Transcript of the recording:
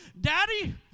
daddy